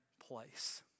place